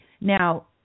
Now